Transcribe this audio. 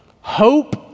Hope